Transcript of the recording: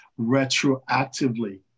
retroactively